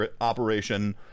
operation